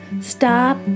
Stop